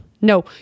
No